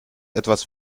etwas